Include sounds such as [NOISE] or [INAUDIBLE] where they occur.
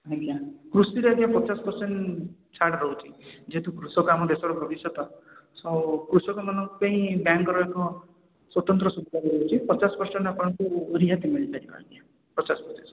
ଆଜ୍ଞା କୃଷିରେ ଆଜ୍ଞା ପଚାଶ ପରସେଣ୍ଟ୍ ଛାଡ଼ ରହୁଛି ଯେହେତୁ କୃଷକ ଆମ ଦେଶର ଭବିଷ୍ୟତ [UNINTELLIGIBLE] କୃଷକ ମାନଙ୍କ ପାଇଁ ବ୍ୟାଙ୍କର ଏକ ସ୍ୱତନ୍ତ୍ର ସୁବିଧା ରହିଛି ପଚାଶ ପରସେଣ୍ଟ୍ ଆପଣଙ୍କୁ ରିହାତି ମିଳିପାରିବ ଆଜ୍ଞା ପଚାଶ ପ୍ରତିଶତ